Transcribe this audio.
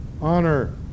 honor